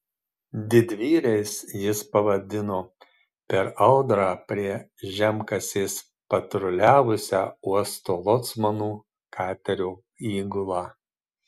didvyriais jis pavadino per audrą prie žemkasės patruliavusią uosto locmanų katerio įgulą